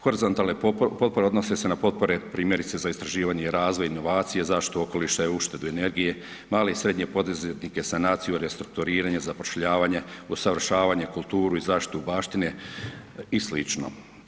Horizontalne potpore odnose se na potpore primjerice za istraživanje i razvoj, inovacije, zaštita okoliša i uštede energije, male i srednje poduzetnike, sanaciju, restrukturiranje, zapošljavanje, usavršavanje, kulturu i zaštitu baštine i slično.